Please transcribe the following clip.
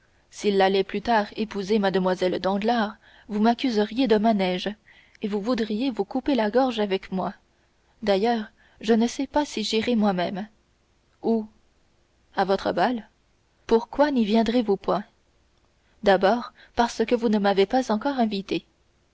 s'il allait plus tard épouser mlle danglars vous m'accuseriez de manège et vous voudriez vous couper la gorge avec moi d'ailleurs je ne sais pas si j'irai moi-même où à votre bal pourquoi n'y viendrez-vous point d'abord parce que vous ne m'avez pas encore invité